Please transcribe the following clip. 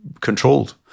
controlled